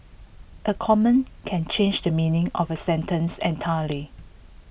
A common can change the meaning of A sentence entirely